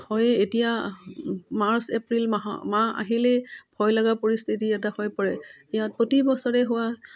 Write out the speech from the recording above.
হয়ে এতিয়া March April মাহৰ মাহ আহিলেই ভয় লগা পৰিস্থিতি এটা হৈ পৰে ইয়াত প্ৰতিবছৰে হোৱা